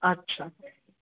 আচ্ছা